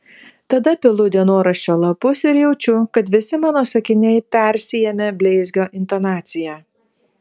tada pilu dienoraščio lapus ir jaučiu kad visi mano sakiniai persiėmę bleizgio intonacija